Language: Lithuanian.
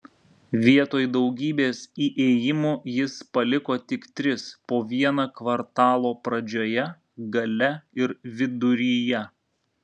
vietoj daugybės įėjimų jis paliko tik tris po vieną kvartalo pradžioje gale ir viduryje